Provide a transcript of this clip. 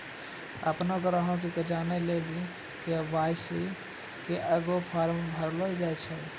अपनो ग्राहको के जानै लेली के.वाई.सी के एगो फार्म भरैलो जाय छै